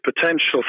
potential